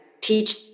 teach